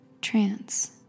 Trance